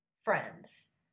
friends